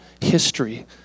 history